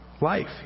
life